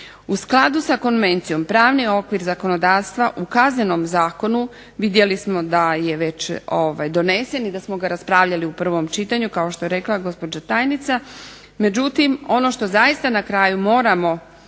U skladu sa konvencijom pravni okvir zakonodavstva u Kaznenom zakonu vidjeli smo da je već donesen i da smo ga raspravljali u prvom čitanju kao što je rekla gospođa tajnica, međutim ono što zaista na kraju moramo